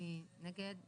מי נגד?